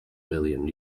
billion